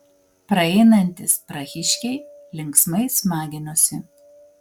praeinantys prahiškiai linksmai smaginosi